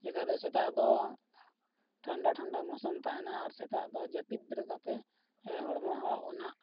ᱪᱤᱠᱟᱹᱛᱮ ᱥᱮᱛᱟᱜ ᱫᱚ ᱴᱷᱟᱱᱰᱟ ᱴᱷᱟᱱᱰᱟ ᱢᱚᱥᱚᱢ ᱛᱟᱦᱮᱱᱟ ᱟᱨ ᱥᱮᱛᱟᱜ ᱫᱚ ᱡᱟᱯᱤᱫ ᱵᱮᱨᱮᱫ ᱠᱟᱛᱮ ᱦᱚᱲᱢᱚ ᱦᱚᱸ ᱚᱱᱟ